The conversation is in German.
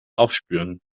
aufspüren